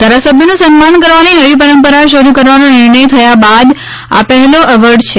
ધારાસભ્યનું સન્માન કરવાની નવી પરંપરા શરૂ કરવાનો નિર્ણય થયા બાદ આ પહેલા એવાર્ડ છે